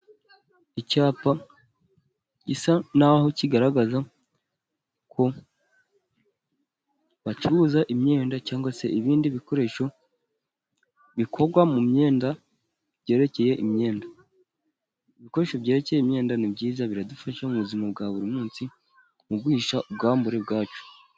Icyapa gisa naho kigaragaza ko bacuruza imyenda cyangwa se ibindi bikoresho bikorwa mu myenda byerekeye imyenda. Ibikoresho byerekeye imyenda ni byiza biradufasha mu buzima bwa buri munsi mu guhisha ubwambure bwacu.